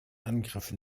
angriff